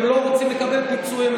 הם לא רוצים לקבל פיצויים,